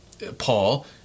Paul